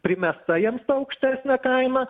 primesta jiems ta aukštesnė kaina